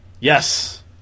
Yes